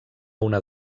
una